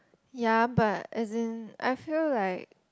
ya but as in I feel like